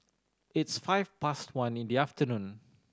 its five past one in the afternoon